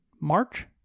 March